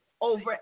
over